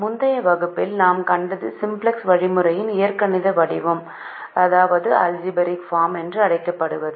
முந்தைய வகுப்பில் நாம் கண்டது சிம்ப்ளக்ஸ் வழிமுறையின் இயற்கணித வடிவம் என்று அழைக்கப்படுகிறது